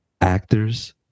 actors